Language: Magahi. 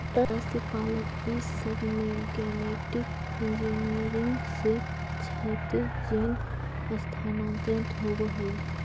मत्स्यपालन ई सब में गेनेटिक इन्जीनियरिंग से क्षैतिज जीन स्थानान्तरण होब हई